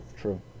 True